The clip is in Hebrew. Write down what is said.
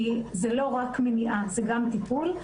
כי זה לא רק מניעה אלא גם טיפול,